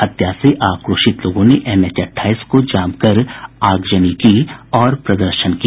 हत्या से आक्रोशित लोगों ने एनएच अट्ठाईस को जाम कर आगजनी की और प्रदर्शन किया